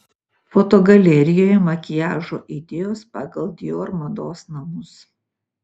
fotogalerijoje makiažo idėjos pagal dior mados namus